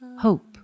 hope